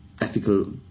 ethical